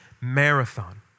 marathon